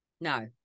no